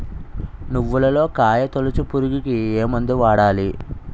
నువ్వులలో కాయ తోలుచు పురుగుకి ఏ మందు వాడాలి?